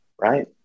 right